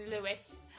lewis